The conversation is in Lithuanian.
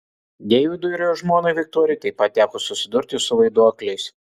deividui ir jo žmonai viktorijai taip pat teko susidurti su vaiduokliais